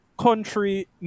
country